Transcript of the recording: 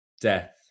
Death